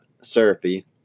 syrupy